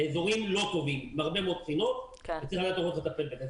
האזורים לא טובים מהרבה מאוד בחינות וצריך לטפל בזה.